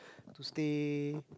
to stay